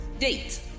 Date